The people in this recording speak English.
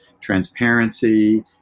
transparency